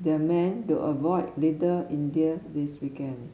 their men to avoid Little India this weekend